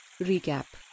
Recap